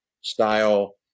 style